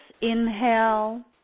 inhale